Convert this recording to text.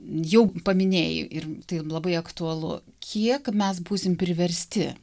jau paminėjai ir tai labai aktualu kiek mes būsim priversti